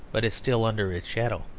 but is still under its shadow.